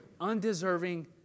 Undeserving